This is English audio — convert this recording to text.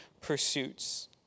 pursuits